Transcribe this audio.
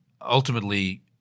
ultimately